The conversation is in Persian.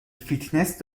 فیتنس